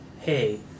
Hey